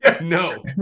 No